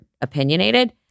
opinionated